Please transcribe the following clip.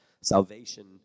salvation